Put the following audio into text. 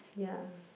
ya